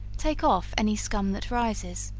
take off any scum that rises,